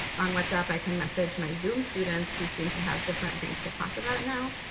on whatsapp i can message my zoom students who seem to have different things to talk about now.